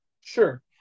Sure